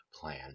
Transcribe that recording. plan